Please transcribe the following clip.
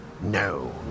No